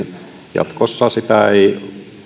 jatkossa sitä ei